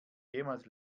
jemals